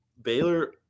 Baylor